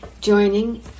joining